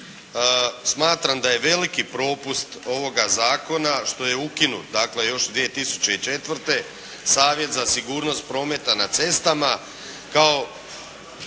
Smatram da je veliki propust ovoga zakona što je ukinut dakle još 2004. Savjet za sigurnost prometa na cestama